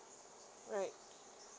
right